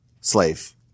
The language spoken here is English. slave